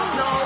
no